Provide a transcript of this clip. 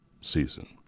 season